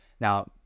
Now